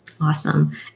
Awesome